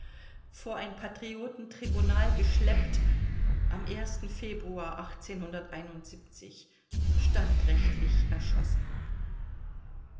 vor ein patriotentribunal geschleppt am februar standrecht erschossen